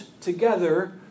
together